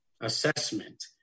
assessment